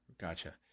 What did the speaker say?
Gotcha